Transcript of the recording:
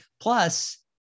Plus